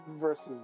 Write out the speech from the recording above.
versus